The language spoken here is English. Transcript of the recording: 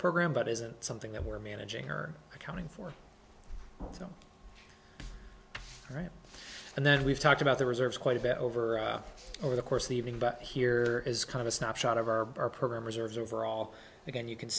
program but isn't something that we're managing or accounting for them right and then we've talked about the reserves quite a bit over over the course leaving but here is kind of a snapshot of our program reserves overall again you can